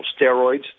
Steroids